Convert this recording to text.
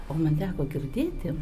o man teko girdėti